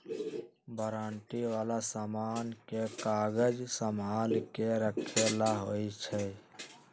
warranty वाला समान के कागज संभाल के रखे ला होई छई